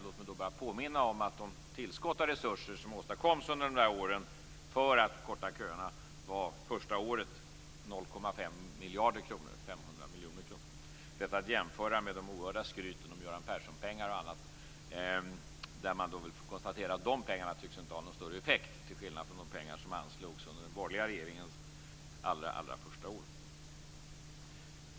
Låt mig då bara påminna om att det tillskott av resurser som under de åren åstadkoms för att korta köerna var 500 miljoner kronor första året; detta att jämföra med de oerhörda skryten om Göran Persson-pengar och annat. Man får väl konstatera att dessa pengar inte tycks ha någon större effekt, till skillnad från de pengar som anslogs under den borgerliga regeringens allra första år.